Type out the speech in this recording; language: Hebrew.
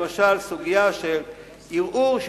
למשל בסוגיה של ערעור,